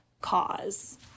cause